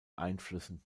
einflüssen